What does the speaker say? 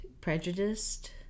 prejudiced